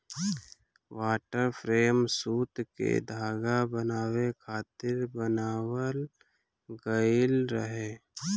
water frame सूत के धागा बनावे खातिर बनावल गइल रहे